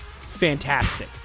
Fantastic